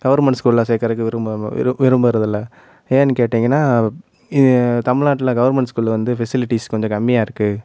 government ஸ்கூல்ல சேர்க்கறக்கு விரும்ப விரு விரும்புறதில்ல ஏன்னு கேட்டிங்கன்னால் ஏ தமிழ்நாட்டில கவர்மெண்ட் ஸ்கூல் வந்து ஃபெசிலிட்டிஸ் கொஞ்சம் கம்மியாக இருக்குது